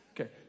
Okay